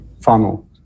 funnel